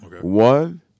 One